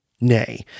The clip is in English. Nay